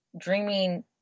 dreaming